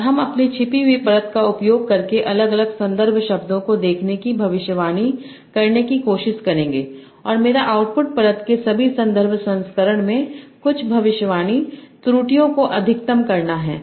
और हम अपनी छिपी हुई परत का उपयोग करके अलग अलग संदर्भ शब्दों को देखने की भविष्यवाणी करने की कोशिश करेंगे और मेरा आउटपुट परत के सभी संदर्भ संस्करण में कुछ भविष्यवाणी त्रुटियों को अधिकतम करना है